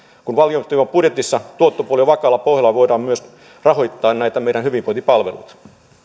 kun valtionyhtiön budjetissa tuottopuoli on vakaalla pohjalla voidaan myös rahoittaa näitä meidän hyvinvointipalveluita